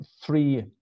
three